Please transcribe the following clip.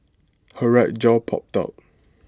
her right jaw popped out